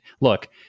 look